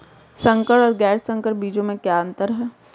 संकर और गैर संकर बीजों में क्या अंतर है?